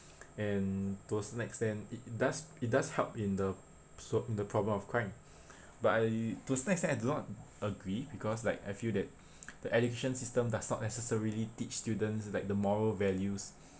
and to a certain extent it does it does help in the so~ in the problem of crime but I to a certain extent I do not agree because like I feel that the education system does not necessarily teach students like the moral values